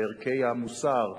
ערכי המוסר,